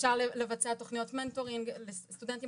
אפשר לבצע תוכניות מנטורינג לסטודנטים